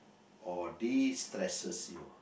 or destresses you